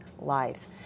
lives